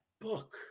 book